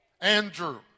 Andrew